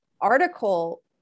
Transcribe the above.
article